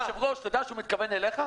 היושב-ראש, אתה יודע שהוא מתכוון אליך?